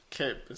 okay